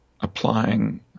applying